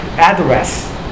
Address